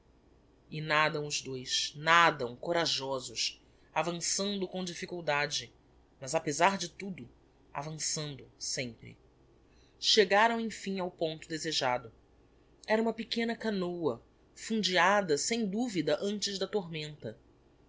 e nadam os dois nadam corajosos avançando com difficuldade mas apezar de tudo avançando sempre chegaram emfim ao ponto desejado era uma pequena canôa fundeada sem duvida antes da tormenta